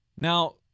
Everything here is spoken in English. Now